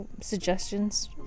suggestions